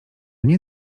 nie